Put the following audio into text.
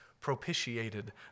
propitiated